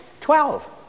Twelve